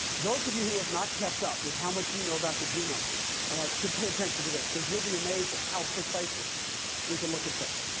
those of you who have not kept up with how much we know about the genome should pay attention to this because you'll be amazed at how precisely we can look at things.